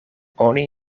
oni